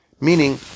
Meaning